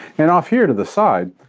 and off here to the side,